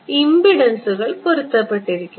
ഇംപിഡൻസുകൾ പൊരുത്തപ്പെട്ടിരിക്കുന്നു